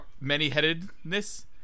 many-headedness